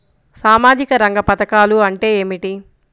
సామాజిక రంగ పధకాలు అంటే ఏమిటీ?